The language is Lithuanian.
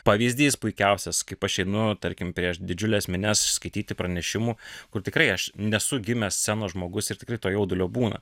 pavyzdys puikiausias kaip aš einu tarkim prieš didžiules minias skaityti pranešimų kur tikrai aš nesu gimęs senas žmogus ir tikrai to jaudulio būna